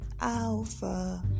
Alpha